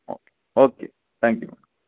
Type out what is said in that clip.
okay okay thank you